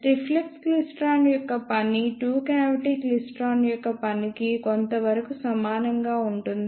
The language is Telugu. రిఫ్లెక్స్ క్లైస్ట్రాన్ యొక్క పని టూ క్యావిటీ క్లైస్ట్రాన్ యొక్క పనికి కొంతవరకు సమానంగా ఉంటుంది